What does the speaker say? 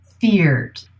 feared